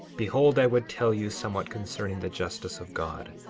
behold, i would tell you somewhat concerning the justice of god,